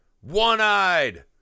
one-eyed